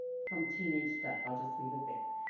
from teenage stuff. i'll just leave it there.